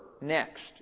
Next